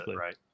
Right